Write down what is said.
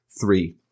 three